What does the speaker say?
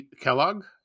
Kellogg